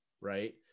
right